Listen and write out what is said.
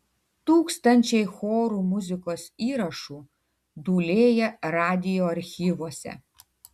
tūkstančiai chorų muzikos įrašų dūlėja radijo archyvuose